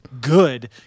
good